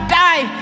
die